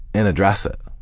and address it,